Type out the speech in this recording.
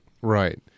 Right